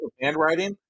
handwriting